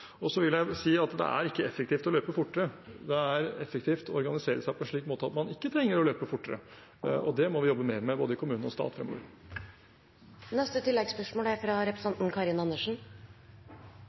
Og så vil jeg si at det ikke er effektivt å løpe fortere, det er effektivt å organisere seg på en slik måte at man ikke trenger å løpe fortere. Det må vi jobbe mer med både i kommune og stat fremover.